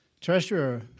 treasurer